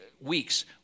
weeks